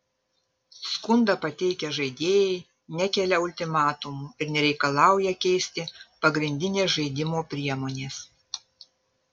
skundą pateikę žaidėjai nekelia ultimatumų ir nereikalauja keisti pagrindinės žaidimo priemonės